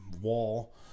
wall